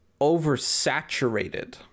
oversaturated